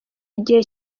igihe